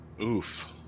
Oof